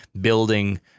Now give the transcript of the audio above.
building